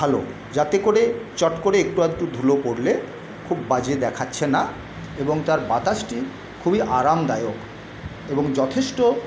ভালো যাতে করে চট করে একটু আধটু ধুলো পড়লে খুব বাজে দেখাচ্ছে না এবং তার বাতাসটি খুবই আরামদায়ক এবং যথেষ্ট